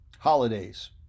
Holidays